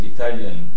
Italian